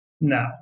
No